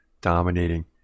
dominating